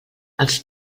els